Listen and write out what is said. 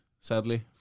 sadly